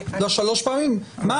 זה מאוד תלוי.